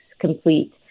complete